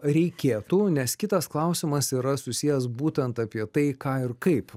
reikėtų nes kitas klausimas yra susijęs būtent apie tai ką ir kaip